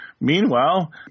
Meanwhile